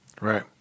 Right